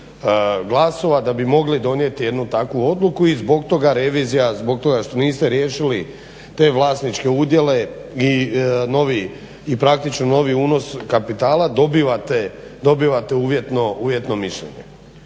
da bi mogli donijeti jednu takvu odluku i zbog toga revizija, zbog toga što niste riješili te vlasničke udjele i novi i praktično novi unos kapitala dobivate uvjetno mišljenje.